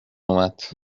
اومد